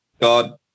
God